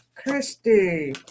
Christy